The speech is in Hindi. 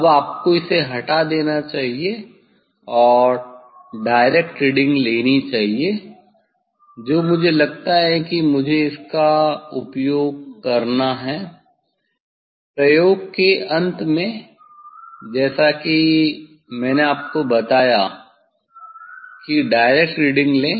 अब आपको इसे हटा देना चाहिए और डायरेक्ट रीडिंग लेनी चाहिए जो मुझे लगता है कि मुझे इसका उपयोग करना है प्रयोग के अंत में जैसा कि मैंने आपको बताया कि डायरेक्ट रीडिंग लें